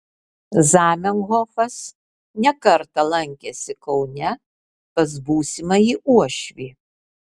zamenhofas ne kartą lankėsi kaune pas būsimąjį uošvį